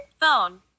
phone